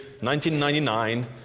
1999